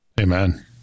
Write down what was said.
Amen